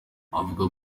avuga